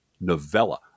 novella